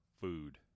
food